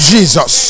Jesus